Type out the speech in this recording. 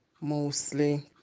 mostly